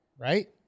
right